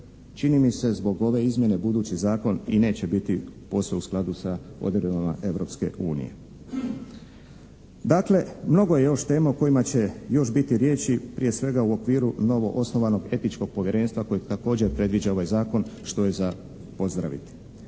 Čini mi se zbog ove izmjene, budući zakon i neće biti posve u skladu sa odredbama Europske unije. Dakle, mnogo je još tema o kojima će još biti riječi prije svega u okviru novoosnovanog Etičkog povjerenstva kojeg također predviđa ovaj Zakon što je za pozdraviti.